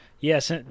Yes